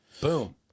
boom